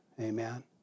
Amen